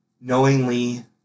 knowingly